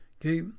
Okay